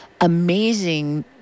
amazing